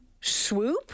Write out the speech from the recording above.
Swoop